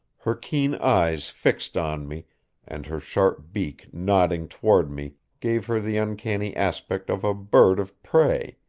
her keen eyes fixed on me and her sharp beak nodding toward me gave her the uncanny aspect of a bird of prey,